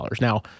Now